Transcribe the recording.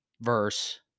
verse